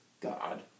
God